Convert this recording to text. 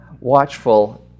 watchful